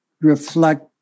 reflect